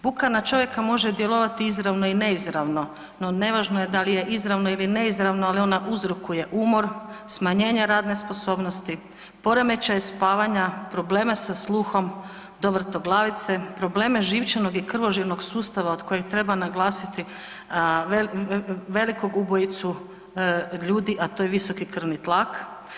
Buka na čovjeka može djelovati i izravno i neizravno no nevažno je da li je izravno ili neizravno, ali ona uzrokuje umor, smanjenje radne sposobnosti, poremećaj spavanja, probleme sa sluhom do vrtoglavice, probleme živčanog i krvožilnog sustava od kojeg treba naglasiti velikog ubojicu ljudi, a to je visoki krvni tlak.